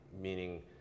meaning